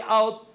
out